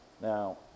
Now